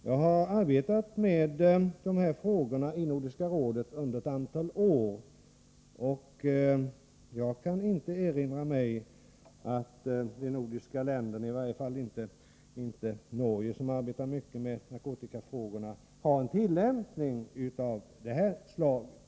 Jag har sysslat med de här frågorna i Nordiska rådet under ett antal år, och jag kan inte erinra mig att man i de nordiska länderna — i varje fall inte i Norge, där man arbetar mycket med narkotikafrågorna — har en tillämpning som är av det här slaget.